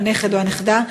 הנכד או הנכדה,